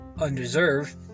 undeserved